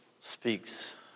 speaks